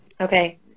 Okay